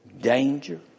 Danger